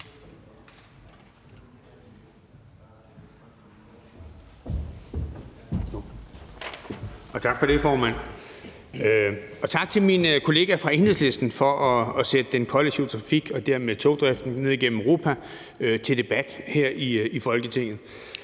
Tak for det, formand. Tak til min kollega fra Enhedslisten for at sætte den kollektive trafik og dermed togdriften ned igennem Europa til debat her i Folketinget.